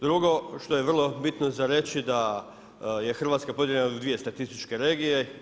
Drugo što je vrlo bitno za reći da Hrvatska podijeljena na dvije statističke regije.